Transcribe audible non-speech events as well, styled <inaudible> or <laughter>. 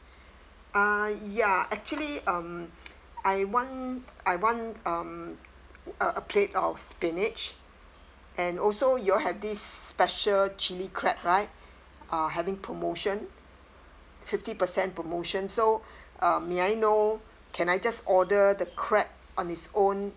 uh ya actually um <noise> I want I want um a a plate of spinach and also you all have this special chilli crab right uh having promotion fifty percent promotion so um may I know can I just order the crab on its own